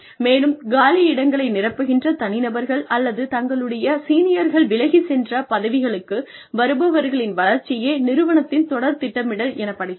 மேலும் காலியிடங்களை நிரப்புகின்ற தனிநபர்கள் அல்லது தங்களுடைய சீனியர்கள் விலகிச் சென்ற பதவிகளுக்கு வருபவர்களின் வளர்ச்சியே நிறுவனத்தின் தொடர் திட்டமிடல் எனப்படுகிறது